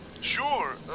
sure